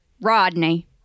Rodney